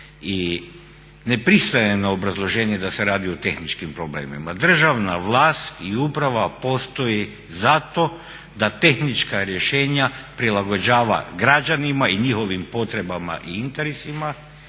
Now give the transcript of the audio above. I ne pristajem na obrazloženje da se radi o tehničkim problemima. Državna vlast i uprava postoji zato da tehnička rješenja prilagođava građanima i njihovim potrebama i interesima,